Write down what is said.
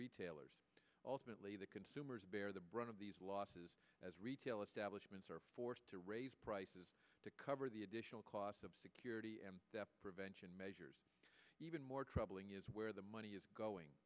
retailers alternately the consumers bear the brunt of these losses retail establishments are forced to raise prices to cover the additional costs of security and prevention measures even more troubling is where the money is going